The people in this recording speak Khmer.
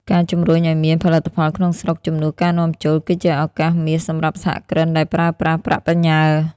ការជម្រុញឱ្យមាន "ផលិតផលក្នុងស្រុកជំនួសការនាំចូល" គឺជាឱកាសមាសសម្រាប់សហគ្រិនដែលប្រើប្រាស់ប្រាក់បញ្ញើ។